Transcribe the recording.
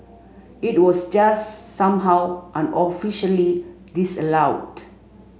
it was just somehow unofficially disallowed